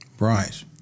Right